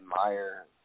admire